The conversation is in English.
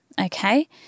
Okay